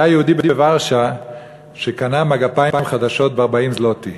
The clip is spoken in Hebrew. היה יהודי בוורשה שקנה מגפיים חדשים ב-40 זלוטי.